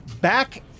Back